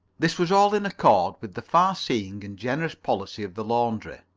this was all in accord with the far-seeing and generous policy of the laundry.